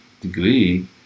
degree